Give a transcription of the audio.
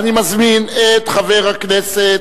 18 בעד,